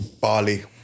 Bali